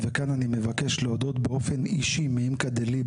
כאן אני מבקש להודות באופן אישי מעומק הלב